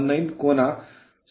56 Ω ಬರುತ್ತದೆ